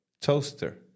Toaster